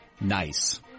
Nice